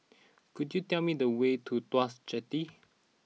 could you tell me the way to Tuas Jetty